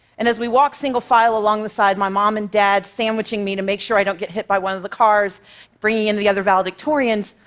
and as we walk single file along the side, my mom and dad sandwiching me to make sure i don't get hit by one of the cars bringing in the other valedictorians,